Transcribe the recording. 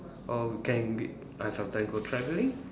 or we can be I sometime go traveling